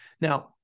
Now